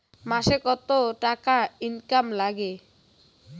মাসে কত টাকা ইনকাম নাগে?